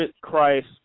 Christ